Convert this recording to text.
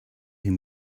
him